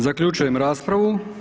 Zaključujem raspravu.